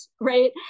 right